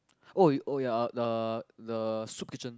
oh oh ya the the soup kitchen